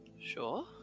Sure